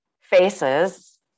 faces